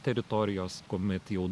teritorijos kuomet jau